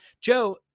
joe